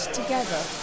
together